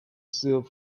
sealed